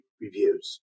reviews